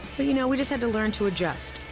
but you know we just had to learn to adjust.